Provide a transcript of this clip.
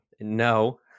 No